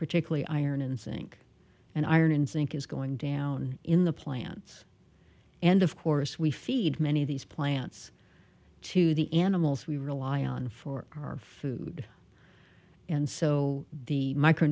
particularly iron in sync and iron in zinc is going down in the plants and of course we feed many of these plants to the animals we rely on for food and so the micro